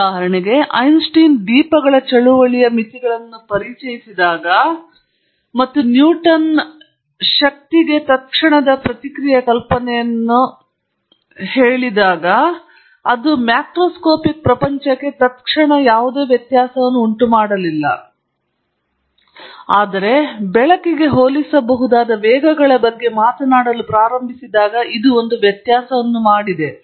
ಉದಾಹರಣೆಗೆ ಐನ್ಸ್ಟೀನ್ ದೀಪಗಳ ಚಳುವಳಿಯ ಮಿತಿಗಳನ್ನು ಪರಿಚಯಿಸಿದಾಗ ಮತ್ತು ನ್ಯೂಟನ್ರ ಶಕ್ತಿಗೆ ತತ್ಕ್ಷಣದ ಪ್ರತಿಕ್ರಿಯೆಯ ಕಲ್ಪನೆಯು ಕಳೆದುಹೋಯಿತು ಅದು ಮ್ಯಾಕ್ರೋಸ್ಕೋಪಿಕ್ ಪ್ರಪಂಚಕ್ಕೆ ಯಾವುದೇ ವ್ಯತ್ಯಾಸವನ್ನು ಮಾಡಲಿಲ್ಲ ನೀವು ಬೆಳಕುಗೆ ಹೋಲಿಸಬಹುದಾದ ವೇಗಗಳ ಬಗ್ಗೆ ಮಾತನಾಡಲು ಪ್ರಾರಂಭಿಸಿದಾಗ ಇದು ಒಂದು ವ್ಯತ್ಯಾಸವನ್ನು ಮಾತ್ರ ಮಾಡಿದೆ